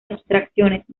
abstracciones